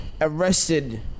Arrested